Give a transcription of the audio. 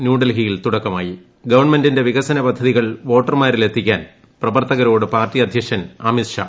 ന്യൂഡൽഹിയിൽ തുട്ക്ക്മായി ഗവൺമെന്റിന്റെ വികസന പദ്ധതികൾ വ്യോട്ടർമാരിലെത്തിക്കാൻ പ്രവർത്തകരോട് പാർട്ടി അധ്യക്ഷിൻ അമിത് ഷാ